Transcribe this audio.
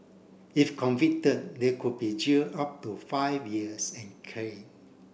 if convicted they could be jailed up to five years and caned